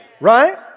Right